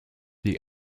the